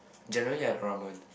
generally I ramen